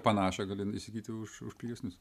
panašią gali įsigyti už už pigesnius